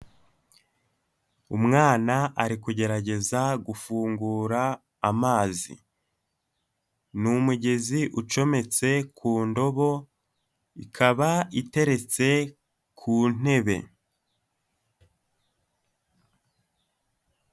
Umwana ari kugerageza gufungura amazi, ni umugezi ucometse ku ndobo, ikaba iteretse ku ntebe.